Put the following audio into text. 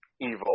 evil